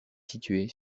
située